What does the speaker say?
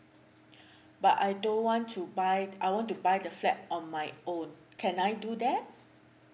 but I don't want to buy I want to buy the flat on my own can I do that